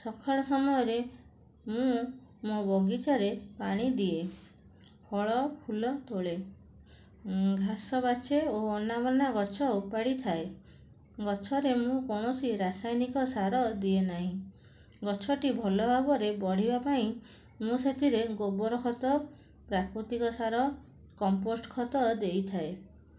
ସକାଳ ସମୟରେ ମୁଁ ମୋ ବଗିଚାରେ ପାଣି ଦିଏ ଫଳ ଫୁଲ ତୋଳେ ଘାସ ବାଛେ ଓ ଅନା ବନା ଗଛ ଉପାଡ଼ିଥାଏ ଗଛରେ ମୁଁ କୌଣସି ରାସାୟନିକ ସାର ଦିଏ ନାହିଁ ଗଛଟି ଭଲ ଭାବରେ ବଢ଼ିବା ପାଇଁ ମୁଁ ସେଥିରେ ଗୋବର ଖତ ପ୍ରାକୃତିକ ସାର କମ୍ପୋଷ୍ଟ ଖତ ଦେଇଥାଏ